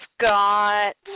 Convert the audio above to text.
got